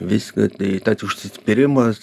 viską tai užsispyrimas